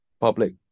Public